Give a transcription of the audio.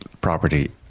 property